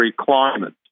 climate